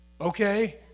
okay